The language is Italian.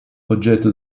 oggetto